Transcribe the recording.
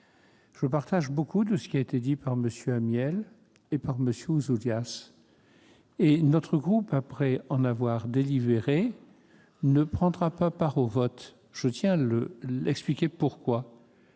Je partage beaucoup de ce qui a été dit par MM. Amiel et Ouzoulias. Notre groupe, après en avoir délibéré, ne prendra pas part au vote, et je tiens à expliquer pourquoi.